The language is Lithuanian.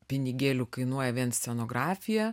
pinigėlių kainuoja vien scenografija